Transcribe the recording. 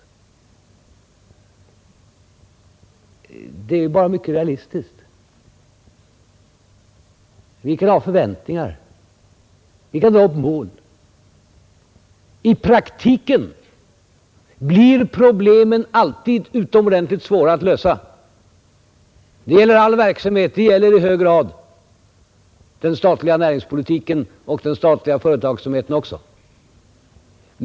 Men det är ju bara mycket realistiskt. Vi kan ha förväntningar, vi kan sätta upp mål — i praktiken blir problemen alltid utomordentligt svåra att lösa. Det gäller all verksamhet, det gäller i hög grad den statliga näringspolitiken och den statliga företagsamheten.